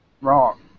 Wrong